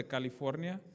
California